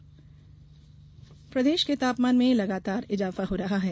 मौसम प्रदेश के तापमान में लगातार इजाफा हो रहा है